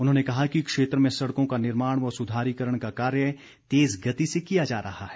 उन्होंने कहा कि क्षेत्र में सड़कों का निर्माण व सुधारीकरण का कार्य तेज़ गति से किया जा रहा है